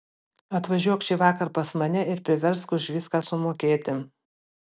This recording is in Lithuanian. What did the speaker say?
atvažiuok šįvakar pas mane ir priversk už viską sumokėti